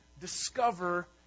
discover